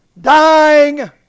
dying